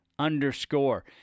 Underscore